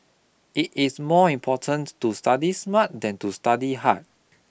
it is more important to study smart than to study hard